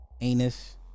anus